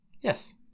Yes